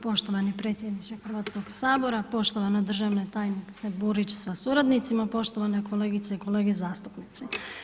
Poštovani predsjedniče Hrvatskog sabora, poštovana državna tajnice Burić sa suradnicima, poštovane kolegice i kolege zastupnici.